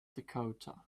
dakota